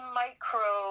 micro